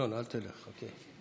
ינון, אל תלך, חכה.